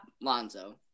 Lonzo